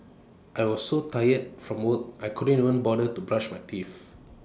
I was so tired from work I couldn't even bother to brush my teeth